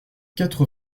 quatre